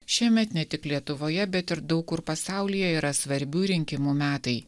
šiemet ne tik lietuvoje bet ir daug kur pasaulyje yra svarbių rinkimų metai